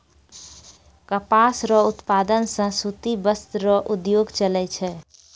कपास रो उप्तादन से सूती वस्त्र रो उद्योग चलै छै